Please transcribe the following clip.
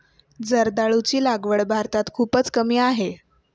जर्दाळूची लागवड भारतात खूपच कमी आहे